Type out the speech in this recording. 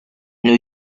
new